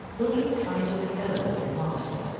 built of a kind of earth or plaster,